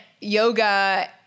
yoga